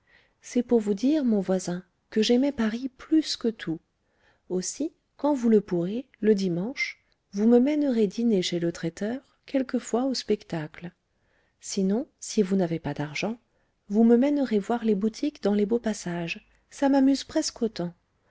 c'est pour vous dire mon voisin que j'aimais paris plus que tout aussi quand vous le pourrez le dimanche vous me mènerez dîner chez le traiteur quelquefois au spectacle sinon si vous n'avez pas d'argent vous me mènerez voir les boutiques dans les beaux passages ça m'amuse presque autant